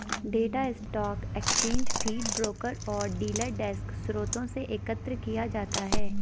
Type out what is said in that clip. data stock exchange feed, broker और dealer desk स्रोतों से एकत्र किया जाता है